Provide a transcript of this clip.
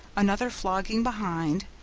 another flogging behind,